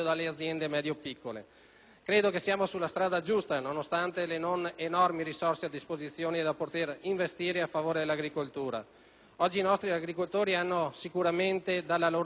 Credo che siamo sulla strada giusta nonostante le non enormi risorse a disposizione da poter investire a favore dell'agricoltura. Oggi i nostri agricoltori hanno sicuramente dalla loro parte una risorsa più: